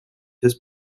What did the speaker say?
his